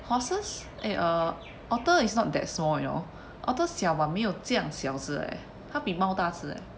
horses eh uh otter is not that small you know otters 小 but 没有这样小只 eh 它比猫大只 eh